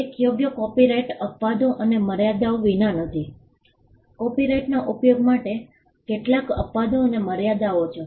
એક યોગ્ય કોપિરાઇટ અપવાદો અને મર્યાદાઓ વિના નથી કોપિરાઇટના ઉપયોગ માટે કેટલાક અપવાદો અને મર્યાદાઓ છે